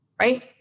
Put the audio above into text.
Right